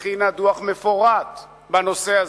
הכינה דוח מפורט בנושא זה.